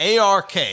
ARK